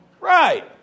Right